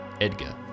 Edgar